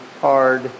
hard